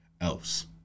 else